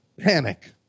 panic